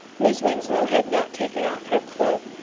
mis' winslow had not taken off her cloak.